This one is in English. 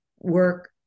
work